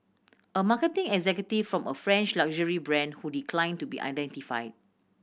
a marketing executive from a French luxury brand who decline to be identify